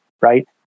right